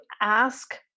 ask